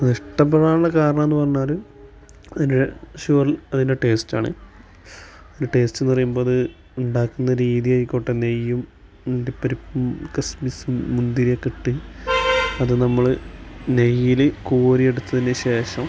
അത് ഇഷ്ടപ്പെടാനുള്ള കാരണമെന്ന് പറഞ്ഞാൽ അതിന്റെ ശുവർ അതിന്റെ ടേസ്റ്റാണ് അത്തിന്റെ ടേസ്റ്റ്ന്ന് പറയുമ്പോൾ അത് ഉണ്ടാക്കുന്ന രീതി ആയിക്കോട്ടെ നെയ്യും അണ്ടിപ്പരുപ്പും ക്സ്മിസ്സും മുന്തിരി ഒക്കെ ഇട്ട് അത് നമ്മൾ നെയ്യിൽ കോരി എടുത്തതിന് ശേഷം